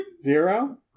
Zero